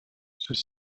ceux